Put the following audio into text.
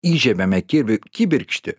įžiebiame kirvį kibirkštį